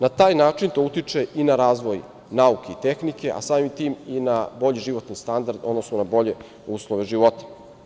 Na taj način to utiče i na razvoj nauke i tehnike, a samim tim i na bolji životni standard, odnosno na bolje uslove života.